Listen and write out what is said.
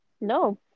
No